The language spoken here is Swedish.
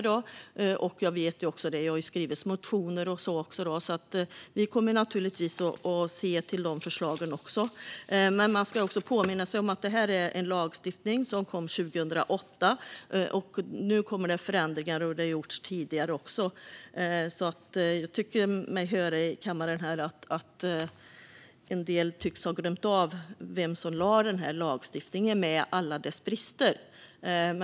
Det har också väckts motioner, och vi kommer naturligtvis att även titta på de förslagen. Man ska också påminna sig om att detta är en lagstiftning som kom 2008. Nu kommer det förändringar, vilket det har gjort tidigare också, men jag tycker mig höra här i kammaren att en del har glömt vem som lade fram den här lagstiftningen med alla dess brister.